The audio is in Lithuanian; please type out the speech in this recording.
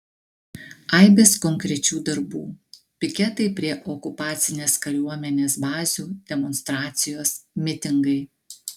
aibės konkrečių darbų piketai prie okupacinės kariuomenės bazių demonstracijos mitingai